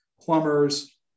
plumbers